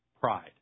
Pride